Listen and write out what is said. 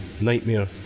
nightmare